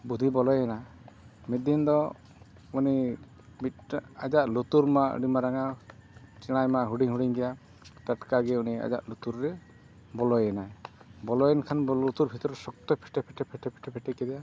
ᱵᱩᱫᱽᱫᱷᱤ ᱵᱚᱞᱚᱭᱮᱱᱟ ᱢᱤᱫ ᱫᱤᱱ ᱫᱚ ᱩᱱᱤ ᱟᱡᱟᱜ ᱞᱩᱛᱩᱨ ᱢᱟ ᱟᱹᱰᱤ ᱢᱟᱨᱟᱝᱼᱟᱜ ᱪᱮᱬᱮ ᱢᱟᱭ ᱦᱩᱰᱤᱧ ᱦᱩᱰᱤᱧ ᱜᱮᱭᱟ ᱴᱟᱴᱠᱟᱜᱮ ᱩᱱᱤ ᱟᱭᱟᱜ ᱞᱩᱛᱩᱨ ᱨᱮ ᱵᱚᱞᱚᱭᱮᱱᱟᱭ ᱵᱚᱞᱚᱭᱮᱱ ᱠᱷᱟᱱ ᱫᱚ ᱞᱩᱛᱩᱨ ᱵᱷᱤᱛᱤᱨ ᱥᱚᱠᱛᱚᱭ ᱯᱷᱮᱴᱮ ᱯᱷᱮᱴᱮ ᱯᱷᱮᱴᱮ ᱯᱷᱮᱴᱮ ᱠᱮᱫᱮᱭᱟ